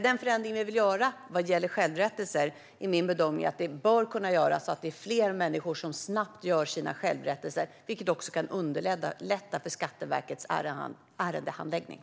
Den förändring som vi vill göra när det gäller självrättelser bör enligt min bedömning kunna göras så att fler människor snabbt gör sina självrättelser, vilket också kan underlätta för Skatteverkets ärendehandläggning.